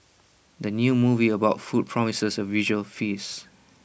the new movie about food promises A visual feast